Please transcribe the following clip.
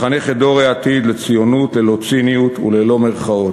לחנך את דור העתיד לציונות ללא ציניות וללא מירכאות,